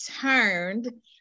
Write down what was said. turned